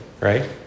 right